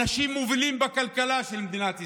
אנשים מובילים בכלכלה של מדינת ישראל.